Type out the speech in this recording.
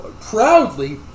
proudly